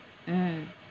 mm